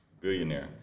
billionaire